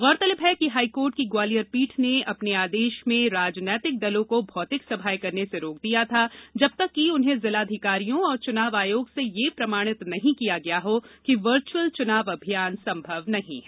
गौरतलब है कि हाईकोर्ट की ग्वालियर पीठ ने अपने आदेश में राजनीतिक दलों को भौतिक सभाएं करने से रोक दिया था जब तक कि उन्हें जिलाधिकारियों और चुनाव आयोग से यह प्रमाणित नहीं किया गया हो कि वर्चुअल चुनाव अभियान संभव नहीं है